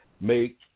make